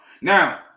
Now